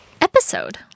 episode